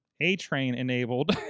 A-Train-enabled